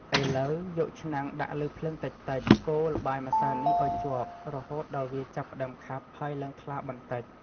ឥឡូវ យកឆ្នាំងដាក់លើភ្លើងតិចៗ កូរល្បាយម្សៅនេះឱ្យជាប់ រហូតដល់វាចាប់ផ្ដើមខាប់ ហើយឡើងថ្លាបន្តិច។